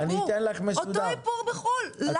אותו איפור בחוץ לארץ.